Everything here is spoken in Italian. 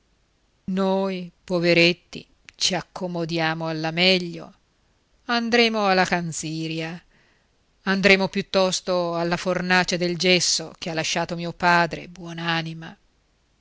noi poveretti ci accomodiamo alla meglio andremo alla canziria andremo piuttosto alla fornace del gesso che ha lasciato mio padre